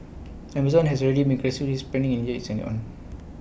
Amazon has already make aggressively expanding India its own